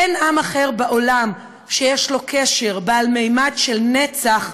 אין עם אחר בעולם שיש לו קשר עם ממד של נצח,